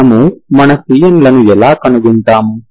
మనము మన cn లను ఎలా కనుగొంటాము